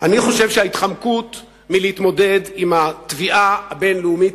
אני חושב שההתחמקות מלהתמודד עם התביעה הבין-לאומית